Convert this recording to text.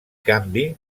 canvi